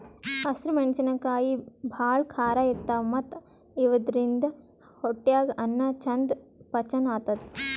ಹಸ್ರ್ ಮೆಣಸಿನಕಾಯಿ ಭಾಳ್ ಖಾರ ಇರ್ತವ್ ಮತ್ತ್ ಇವಾದ್ರಿನ್ದ ಹೊಟ್ಯಾಗ್ ಅನ್ನಾ ಚಂದ್ ಪಚನ್ ಆತದ್